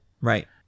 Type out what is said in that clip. Right